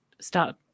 start